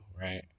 right